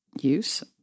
use